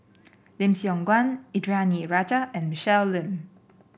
Lim Siong Guan Indranee Rajah and Michelle Lim